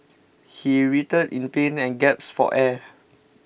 he writhed in pain and gasped for air